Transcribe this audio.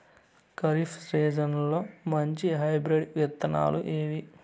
ఖరీఫ్ సీజన్లలో మంచి హైబ్రిడ్ విత్తనాలు ఏవి